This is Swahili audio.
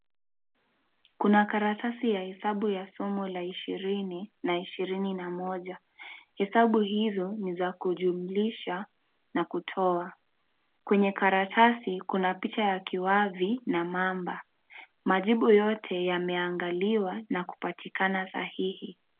Kuna karatasi ya hesabu ya somo la ishirini na ishirini na moja. Hesabu hizo ni za kujumlisha na kutoa. Kwenye karatasi kuna picha ya kiwavi na mamba. Majibu yote yameangaliwa na kupatikana sahihi.